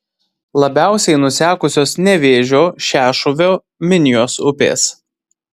labiausiai nusekusios nevėžio šešuvio minijos upės